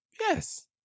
yes